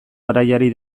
garaiari